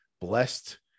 blessed